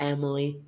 Emily